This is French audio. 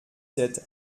sept